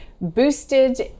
boosted